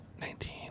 Nineteen